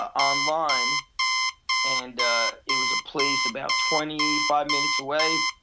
online and it was a place about twenty-five minutes away,